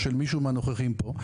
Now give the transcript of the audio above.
או של מישהו מהנוכחים פה,